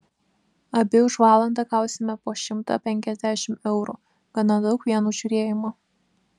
abi už valandą gausime po šimtą penkiasdešimt eurų gana daug vien už žiūrėjimą